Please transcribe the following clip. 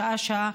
שעה-שעה.